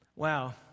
Wow